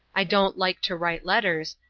i don't like to write letters,